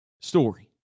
story